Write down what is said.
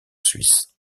suisse